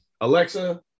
Alexa